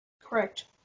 Correct